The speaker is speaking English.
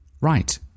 Right